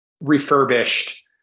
refurbished